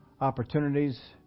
Opportunities